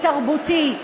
תרבותי.